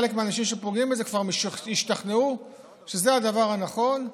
חלק מהאנשים שפוגעים בה כבר השתכנעו שזה הדבר הנכון,